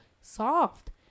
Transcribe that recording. soft